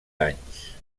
anys